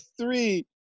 three